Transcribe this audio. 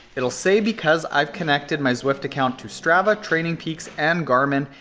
it'll say because i've connected my zwift account to strava, training peaks, and garmin,